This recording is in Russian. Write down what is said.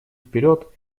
вперед